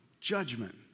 Judgment